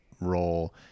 role